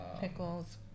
Pickles